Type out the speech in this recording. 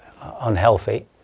unhealthy